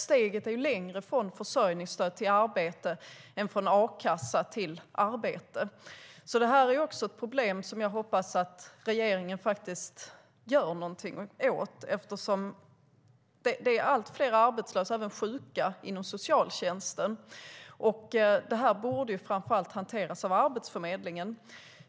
Steget från försörjningsstöd till arbete är längre än från a-kassa till arbete. Jag hoppas att regeringen gör något åt detta problem eftersom det är allt fler arbetslösa och sjuka inom socialtjänsten, och detta borde framför allt hanteras av Arbetsförmedlingen.